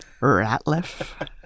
Ratliff